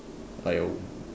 like a